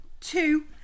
Two